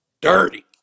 dirty